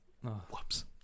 Whoops